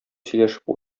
сөйләшеп